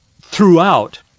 throughout